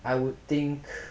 I would think